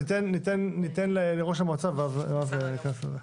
ניתן לראש המועצה ואז ניכנס לזה.